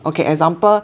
okay example